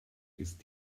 ist